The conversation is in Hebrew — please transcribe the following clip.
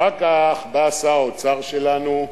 אחר כך בא שר האוצר שלנו,